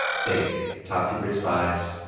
think top-secret spies,